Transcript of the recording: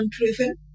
unproven